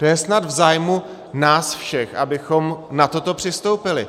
To je snad v zájmu nás všech, abychom na toto přistoupili.